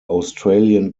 australian